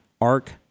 Arc